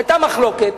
היתה מחלוקת,